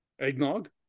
eggnog